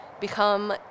become